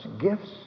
gifts